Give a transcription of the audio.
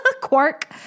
quark